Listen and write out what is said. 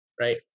right